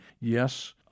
yes